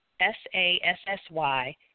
S-A-S-S-Y